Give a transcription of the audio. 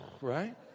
right